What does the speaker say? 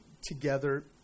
together